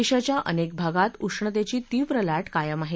देशाच्या अनेक भागात उष्णतेची तीव्र ला कायम आहे